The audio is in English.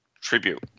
tribute